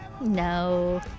no